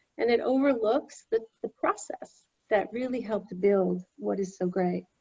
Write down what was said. and it overlooks the the process that really helped to build what is so great.